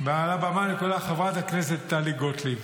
על הבמה אני קורא לך חברת הכנסת טלי גוטליב.